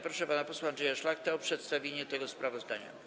Proszę pana posła Andrzeja Szlachtę o przedstawienie tego sprawozdania.